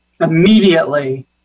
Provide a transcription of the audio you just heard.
immediately